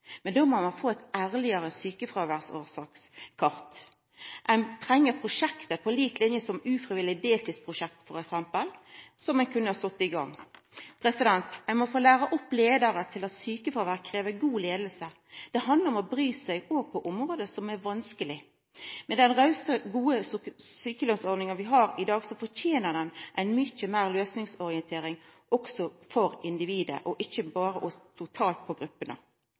Men då må ein få eit ærlegare sjukefråværsårsakskart. Ein treng å setja i gang prosjekt på lik linje med f.eks. prosjektet om ufrivillig deltid. Ein må læra opp leiarar i at sjukefråvær krev god leiing. Det handlar om å bry seg, òg på område som er vanskelege. Med den rause, gode sjukelønnsordninga vi har i dag, fortener ein mykje meir løysingsorientering òg for individet, og ikkje berre totalt for gruppene.